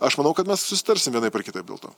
aš manau kad mes susitarsim vienaip ar kitaip dėl to